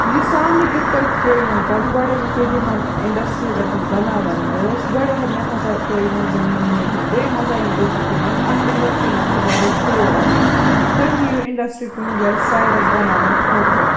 یہِ سامنہٕ کِتھ پٲٹھۍ پیو یِمَن کَرُن گۄڈٕنٮ۪تھ ییٚلہِ یِمَن اِنڈَسٹِرٛیٖز اَتٮ۪ن بَناوَن ٲسۍ گۄڈے ہٮ۪تھ ہَسا پیو یِمَن زٔمیٖن مٔلۍ ہیوٚن دوٚیِم ہَسا یِم دوٚپُکھ یِمَن اَتھ اِنڈَسٹِرٛی منٛز چھِ وارِیاہ شور آسان تُہۍ نِیِو اِنڈَسٹِرٛی کُنہِ جایہِ سایڈَس بَناونہٕ خٲطرٕ